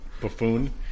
buffoon